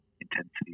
intensity